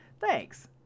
Thanks